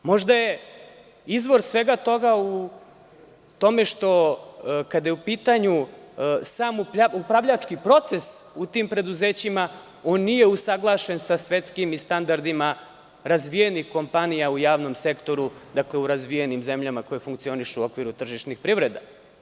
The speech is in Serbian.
Možda je izvor svega toga u tome kada je u pitanju sam upravljački proces u tim preduzećima, on je usaglašen sa svetskim standardima i standardima razvijenih kompanija u javnom sektoru, u razvijenim zemljama koje funkcionišu u okviru tržišnih privreda.